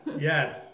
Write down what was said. yes